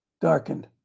darkened